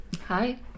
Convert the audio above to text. Hi